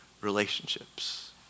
relationships